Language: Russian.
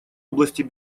области